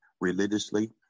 religiously